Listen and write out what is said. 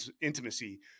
intimacy